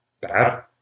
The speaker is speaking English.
bad